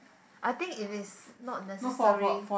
I think it is not necessary